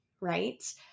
right